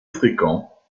fréquents